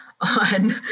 on